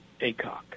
Acock